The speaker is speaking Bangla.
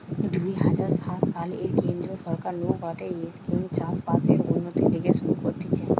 দুই হাজার সাত সালে কেন্দ্রীয় সরকার নু গটে স্কিম চাষ বাসের উন্নতির লিগে শুরু করতিছে